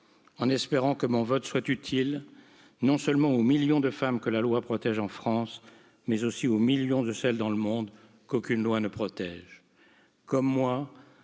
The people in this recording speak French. en espérant que mon vote soit utile non seulement aux millions de femmes que la loi protège en France mais aussi aux millions de celles dans le monde qu'aucune loi ne protège comme moi